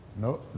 No